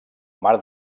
mare